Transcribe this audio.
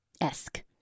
Esque